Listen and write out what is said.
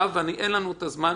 מהבחינה הזאת אין הבדל.